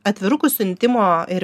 atvirukų siuntimo ir